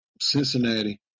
Cincinnati